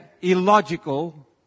illogical